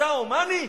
אתה הומני?